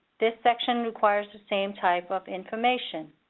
this section requires the same type of information.